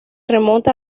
remonta